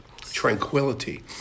tranquility